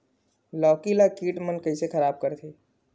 लौकी ला कीट मन कइसे खराब करथे?